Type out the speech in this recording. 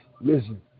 Listen